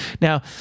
Now